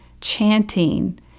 chanting